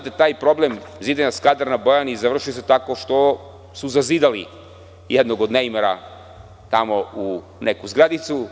Taj problem zidanja Skadra na Bojani završio se tako što su zazidali jednog od neimara u neku zgradicu.